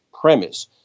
premise